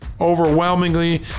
overwhelmingly